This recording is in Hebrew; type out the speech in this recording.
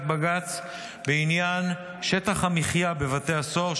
בג"ץ בעניין שטח המחיה בבתי הסוהר,